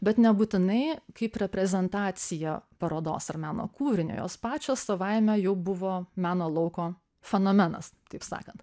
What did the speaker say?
bet nebūtinai kaip reprezentaciją parodos ar meno kūrinio jos pačios savaime jau buvo meno lauko fenomenas taip sakant